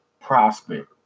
prospect